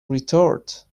retort